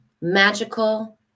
magical